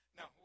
no